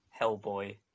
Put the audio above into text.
Hellboy